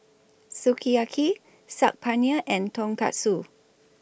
Sukiyaki Saag Paneer and Tonkatsu